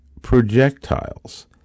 projectiles